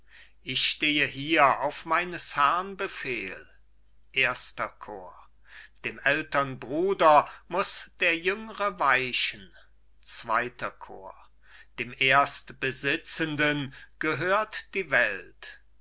ich stehe hier auf meines herrn befehl erster chor cajetan dem ältern bruder muß der jüngre weichen zweiter chor bohemund dem erstbesitzenden gehört die welt